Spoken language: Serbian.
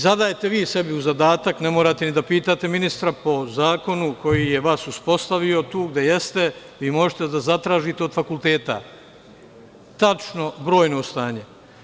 Zadajte vi sebi u zadatak, ne morate ni da pitate ministra po zakonu koji je vas uspostavio tu gde jeste, vi možete da zatražite od fakulteta tačno brojno stanje.